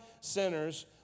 sinners